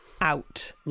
out